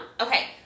Okay